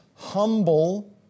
humble